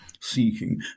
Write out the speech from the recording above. seeking